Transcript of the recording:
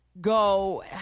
go